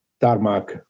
Tarmac